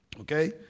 Okay